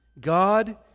God